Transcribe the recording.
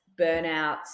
burnouts